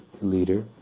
leader